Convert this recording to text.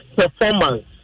performance